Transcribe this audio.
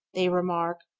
they remark,